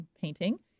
painting